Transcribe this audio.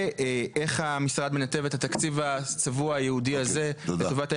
ואיך המשרד מנתב את התקציב הצבוע הייעודי הזה לטובת האירוע?